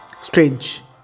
Strange